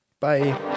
bye